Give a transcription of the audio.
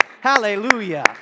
Hallelujah